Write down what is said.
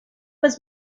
was